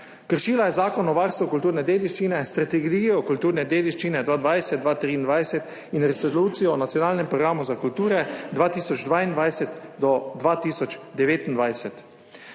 Kršila je Zakon o varstvu kulturne dediščine, Strategijo kulturne dediščine 2020–2023 in Resolucijo o nacionalnem programu za kulturo 2022–2029.